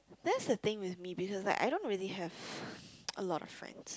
that's the thing with me because like I don't really have a lot of friends